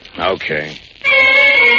Okay